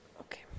Okay